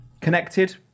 Connected